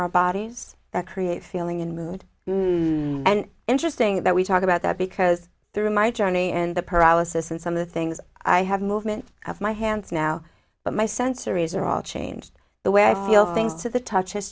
our bodies that create feeling and mood and interesting that we talk about that because through my journey and the paralysis and some of the things i have movement of my hands now but my sensory is are all changed the way i feel things to the touch has